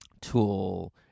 Tool